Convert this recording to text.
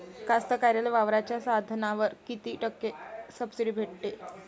कास्तकाराइले वावराच्या साधनावर कीती टक्के सब्सिडी भेटते?